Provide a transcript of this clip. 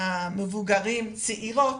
המבוגרים הצעירות,